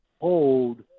hold